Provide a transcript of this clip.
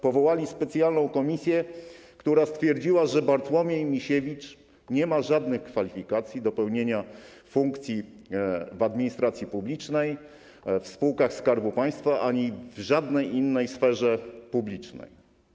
Powołali specjalną komisję, która stwierdziła, że Bartłomiej Misiewicz nie ma żadnych kwalifikacji do pełnienia funkcji w administracji publicznej, w spółkach Skarbu Państwa ani w żadnej innej sferze publicznej.